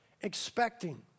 expecting